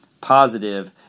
positive